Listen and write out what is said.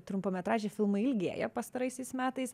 trumpametražiai filmai ilgėja pastaraisiais metais